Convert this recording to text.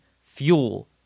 fuel